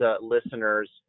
listeners